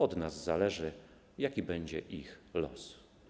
Od nas zależy, jaki będzie ich los.